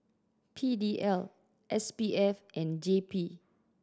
P D L S P F and J P